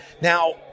Now